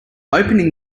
opening